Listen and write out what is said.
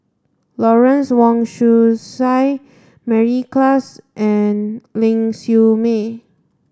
Lawrence Wong Shyun Tsai Mary Klass and Ling Siew May